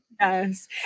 Yes